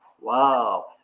Wow